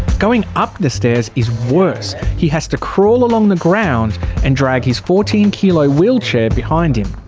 going up the stairs is worse. he has to crawl along the ground and drag his fourteen kilo wheelchair behind him.